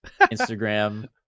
Instagram